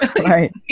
Right